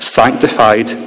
sanctified